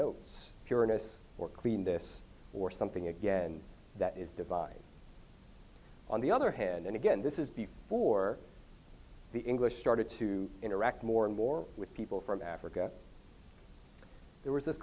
pureness or clean this or something again that is divide on the other hand and again this is before the english started to interact more and more with people from africa there was this